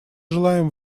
желаем